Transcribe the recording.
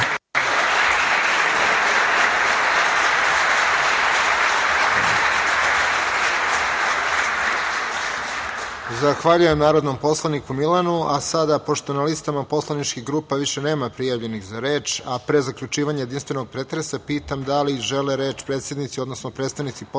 Zahvaljujem narodnom poslaniku Milanu. Pošto na listama poslaničkih grupa više nema prijavljenih za reč, pre zaključivanja jedinstvenog pretresa pitam da li žele reč predsednici, odnosno predstavnici poslaničkih